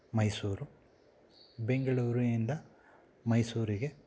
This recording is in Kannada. ಮೈಸೂರು ಬೆಂಗಳೂರಿನಿಂದ ಮೈಸೂರಿಗೆ